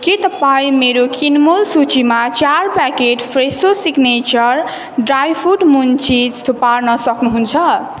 के तपाईँ मेरो किनमेल सूचीमा चार packet Fresho signature dry fruit munchies थुपार्न सक्नुहुन्छ